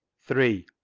three.